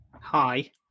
hi